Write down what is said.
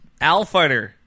Alfighter